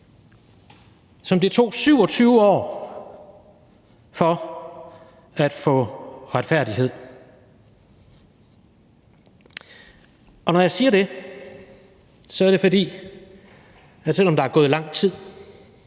som det tog 27 år for at få retfærdighed. Når jeg siger det, er det, fordi det, selv om der er gået lang tid,